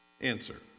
answer